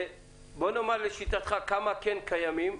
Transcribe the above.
לשיטתך, כמה קיימים